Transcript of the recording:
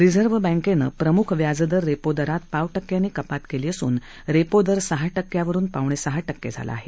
reserve बँकेनं प्रम्ख व्याजदर रेपो दरात पाव टक्क्यानी कपात केली असून रेपो दर सहा टक्क्यांवरून पावणेसहा टक्के झाला आहे